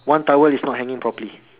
one towel is not hanging properly